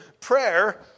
prayer